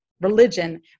religion